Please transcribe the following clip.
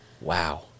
Wow